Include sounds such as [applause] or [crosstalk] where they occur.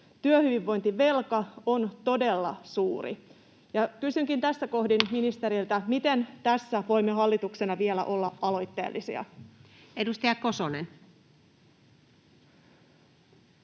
Työhyvinvointivelka on todella suuri. Kysynkin tässä kohdin ministeriltä: [noise] miten tässä voimme hallituksena vielä olla aloitteellisia? [Speech